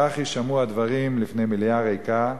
כך יישמעו הדברים בפני מליאה ריקה,